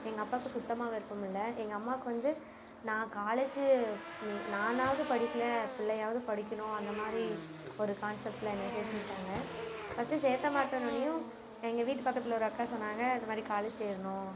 எங்கள் அப்பாவுக்கு சுத்தமாக விருப்பமில்லை எங்கள் அம்மாவுக்கு வந்து நான் காலேஜு நீ நானாவது படிக்கல பிள்ளையாவது படிக்கணும் அந்த மாதிரி ஒரு கான்செப்ட்ல என்ன சேர்த்தி விட்டாங்க ஃபஸ்ட்டு சேர்த்த மாட்டேன்னோன்னையும் எங்கள் வீட்டு பக்கத்தில் ஒரு அக்கா சொன்னாங்கள் இது மாதிரி காலேஜ் சேரணும்